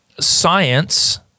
science